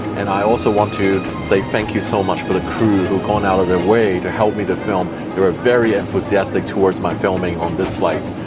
and i also want to say thank you so much to the crew who went out of their way to help me to film. they were very enthusiastic towards my filming on this flight.